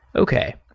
okay.